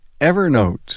Evernote